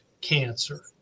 cancer